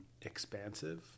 expansive